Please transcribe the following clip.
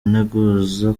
integuza